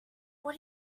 what